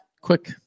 quick